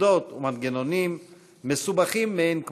מוסדות ומנגנונים מסובכים מאין כמותם.